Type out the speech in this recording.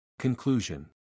Conclusion